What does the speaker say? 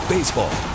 Baseball